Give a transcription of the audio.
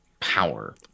power